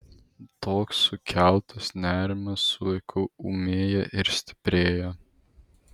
toks sukeltas nerimas su laiku ūmėja ir stiprėja